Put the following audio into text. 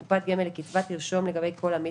מסירת דוחות 4. (א) קופת גמל לקצבה תרשום לגבי כל עמית